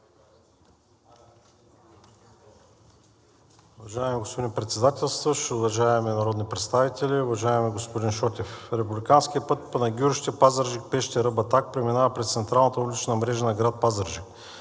Уважаеми господин Председателстващ, уважаеми народни представители, уважаеми господин Шотев! Републиканският път Панагюрище – Пазарджик – Пещера – Батак преминава през централната улична мрежа на град Пазарджик.